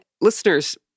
listeners